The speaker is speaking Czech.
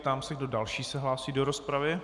Ptám se, kdo další se hlásí do rozpravy.